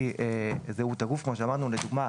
לדוגמה: